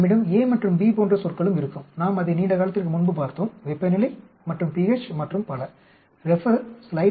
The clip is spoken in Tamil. நம்மிடம் a மற்றும் b போன்ற சொற்களும் இருக்கும் நாம் அதை நீண்ட காலத்திற்கு முன்பு பார்த்தோம் வெப்பநிலை மற்றும் pH மற்றும் பல